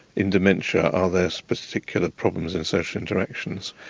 in dementia are there particular problems in social interactions.